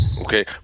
Okay